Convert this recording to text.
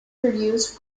produced